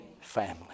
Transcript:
family